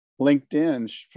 LinkedIn